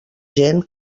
gent